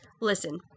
Listen